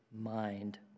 mind